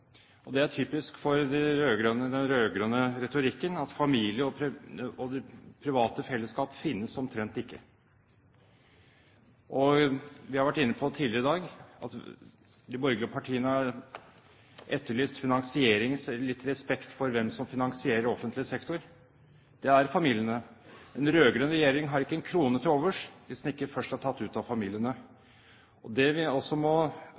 Det er typisk for den rød-grønne retorikken at familien og det private fellesskap finnes omtrent ikke. Vi har tidligere i dag vært inne på at de borgerlige partiene har etterlyst litt respekt for hvem som finansierer offentlig sektor. Det er familiene. Den rød-grønne regjeringen har ikke en krone til overs hvis den ikke først er tatt ut av familiene. Det vi også må